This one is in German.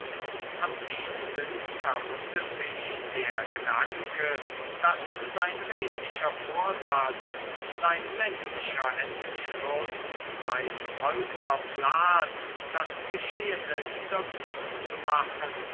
am tiefsten verwundete ihn der gedanke daß sein redlicher vorsatz sein männlicher entschluß sein befolgter plan das geschehene wiedergutzumachen